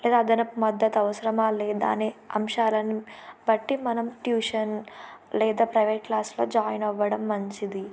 లేదా అదనపు మద్దత అవసరమా లేదా అని అంశాలాన్ని బట్టి మనం ట్యూషన్ లేదా ప్రైవేట్ క్లాస్లో జాయిన్ అవ్వడం మంచిది